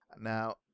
Now